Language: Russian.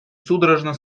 судорожно